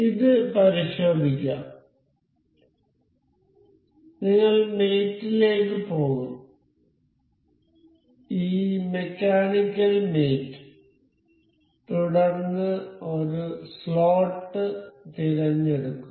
ഇത് പരിശോധിക്കാം നിങ്ങൾ മേറ്റ് ലേക്ക് പോകും ഈ മെക്കാനിക്കൽ മേറ്റ് തുടർന്ന് ഒരു സ്ലോട്ട് തിരഞ്ഞെടുക്കും